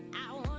out